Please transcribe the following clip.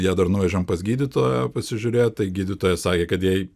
ją dar nuvežėm pas gydytoją pasižiūrėt tai gydytojas sakė kad jai